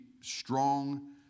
strong